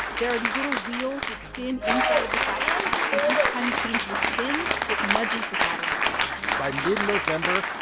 there are these little wheels that spin inside of the satellite. and each time you change the spin, it nudges the satellite a little by mid-november,